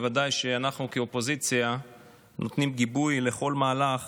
בוודאי שאנחנו כאופוזיציה נותנים גיבוי לכל מהלך